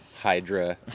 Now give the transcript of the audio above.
hydra